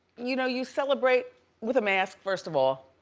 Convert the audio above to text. you know, you celebrate with a mask, first of all.